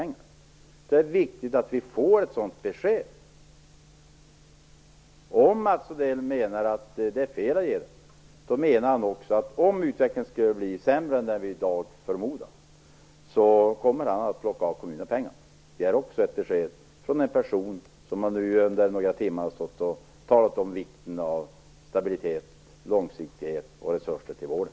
Jag tror att det är viktigt att vi får ett sådant besked. Om Mats Odell menar att det är fel att ge det, kommer han också, om utvecklingen skulle bli sämre än vad vi förmodar i dag, att plocka av kommunerna pengar. Det är också ett besked från en person som nu under några timmar har stått och talat om vikten av stabilitet, långsiktighet och resurser till vården.